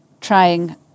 trying